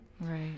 Right